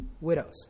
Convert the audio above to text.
widows